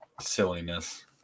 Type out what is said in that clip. silliness